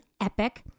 EPIC